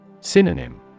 Synonym